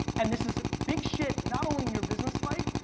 and this is big shit not only in your business life,